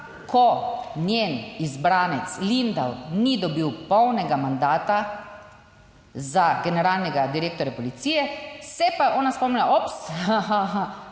ko njen izbranec Lindav ni dobil polnega mandata za generalnega direktorja Policije, se pa je ona spomni, "ops" halo, pa